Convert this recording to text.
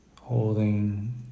Holding